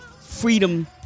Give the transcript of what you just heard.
freedom